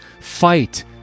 Fight